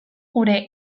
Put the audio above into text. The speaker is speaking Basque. gure